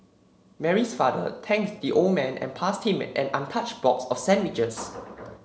Mary's father thanked the old man and passed him an untouched box of sandwiches